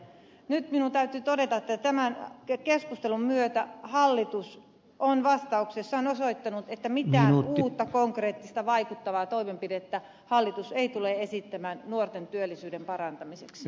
nyt minun täytyy todeta että tämän keskustelun myötä hallitus on vastauksessaan osoittanut että mitään uutta konkreettista vaikuttavaa toimenpidettä hallitus ei tule esittämään nuorten työllisyyden parantamiseksi